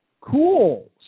Cool